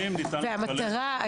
והמטרה,